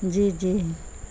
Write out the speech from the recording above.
جی جی